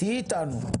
תהיי איתנו.